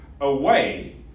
away